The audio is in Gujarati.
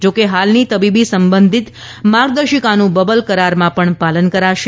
જો કે હાલની તબીબી સંબંધી માર્ગદર્શિકાનું બબલ કરારમાં પણ કરાશે